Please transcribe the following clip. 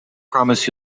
promise